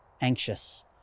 anxious